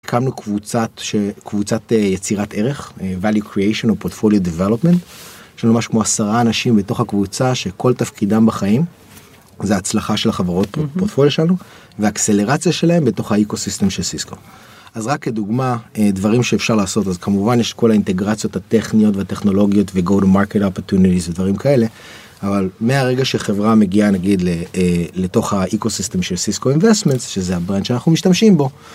הקמנו קבוצת ש... קבוצת יצירת ערך - Value Creation of Portfolio Developmet, של משהו כמו עשרה אנשים בתוך הקבוצה, שכל תפקידם בחיים... זה ההצלחה של החברות פורטפוליו שלנו ואקסלרציה שלהם בתוך האיקוסיסטם של סיסקו. אז רק כדוגמה, דברים שאפשר לעשות: אז כמובן יש כל האינטגרציות הטכניות והטכנולוגיות ו-go to market opportunities ודברים כאלה. אבל מהרגע שחברה מגיעה, נגיד, לתוך האיקוסיסטם של סיסקו אימבסטמנט שזה ה-brand שאנחנו משתמשים בו.